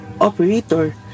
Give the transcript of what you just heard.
operator